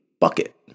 bucket